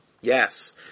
Yes